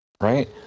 Right